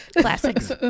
Classics